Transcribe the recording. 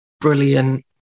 Brilliant